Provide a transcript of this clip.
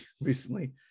recently